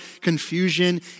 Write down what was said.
confusion